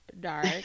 dark